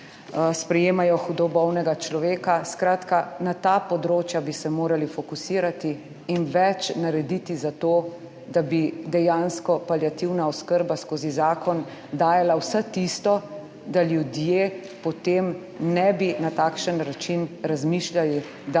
sprejemajo hudo bolnega človeka. Skratka, na ta področja bi se morali fokusirati in več narediti za to, da bi dejansko paliativna oskrba skozi zakon dajala vse tisto, da ljudje, potem ne bi na takšen način razmišljali,